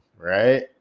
right